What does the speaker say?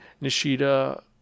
Nishida